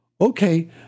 Okay